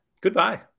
Goodbye